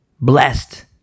blessed